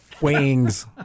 Wings